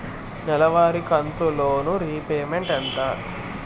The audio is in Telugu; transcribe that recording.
నెలవారి కంతు లోను రీపేమెంట్ ఎంత?